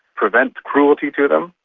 prevent cruelty to them,